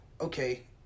okay